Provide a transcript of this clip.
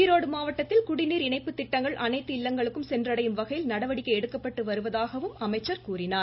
ஈரோடு மாவட்டத்தில் குடிநீர் இணைப்புத் திட்டங்கள் அனைத்து இல்லங்களுக்கும் சென்றடையும் வகையில் நடவடிக்கை எடுக்கப்பட்டு வருவதாகவும் அவர் கூறினார்